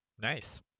Nice